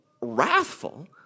wrathful